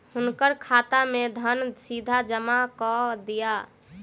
हुनकर खाता में धन सीधा जमा कअ दिअ